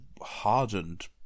hardened